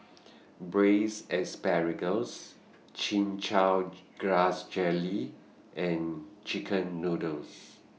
Braised Asparagus Chin Chow Grass Jelly and Chicken Noodles